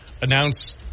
announce